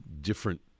different